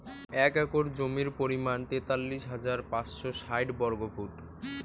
এক একর জমির পরিমাণ তেতাল্লিশ হাজার পাঁচশ ষাইট বর্গফুট